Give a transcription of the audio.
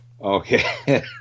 Okay